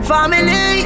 Family